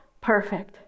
perfect